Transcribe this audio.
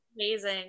amazing